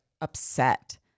upset